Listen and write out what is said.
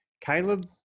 Caleb